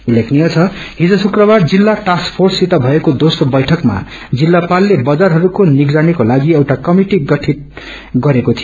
उस्लेखनीय छ हिज शुकबार जिल्ला टास्क फोर्ससित भएको दोस्रो वैठकमा जिल्लापातले बजारहस्को निगरानीको लागि एउटा क्रमिटि गठित गरेको थियो